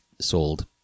sold